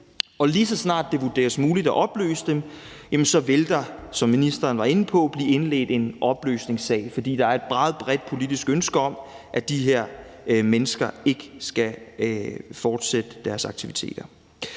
og lige så snart det vurderes muligt at opløse Hizb ut-Tahrir, vil der blive indledt en opløsningssag, fordi der er et meget bredt politisk ønske om, at de her mennesker ikke skal fortsætte deres aktiviteter.